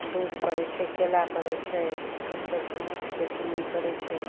दूध पड़य छै केला पड़य छै ओकरा सभके माथिके चीनी पड़य छै